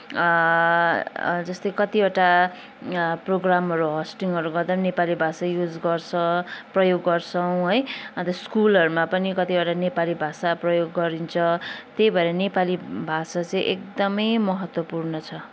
जस्तै कतिवटा प्रोग्रामहरू होस्टिङहरू गर्दा पनि नेपाली भाषै युज गर्छ प्रयोग गर्छौँ है अन्त स्कुलहरूमा पनि कतिवटा नेपाली भाषा प्रयोग गरिन्छ त्यही भएर नेपाली भाषा चाहिँ एकदमै महत्त्वपूर्ण छ